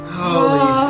Holy